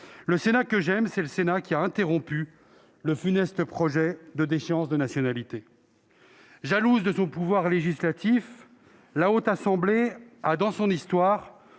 Le Sénat que j'aime, c'est le Sénat qui a interrompu le funeste projet de déchéance de nationalité. Jalouse de son pouvoir législatif, la Haute Assemblée a toujours